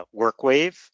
WorkWave